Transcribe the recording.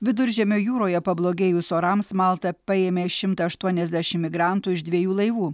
viduržemio jūroje pablogėjus orams malta paėmė šimtą aštuoniasdešim migrantų iš dviejų laivų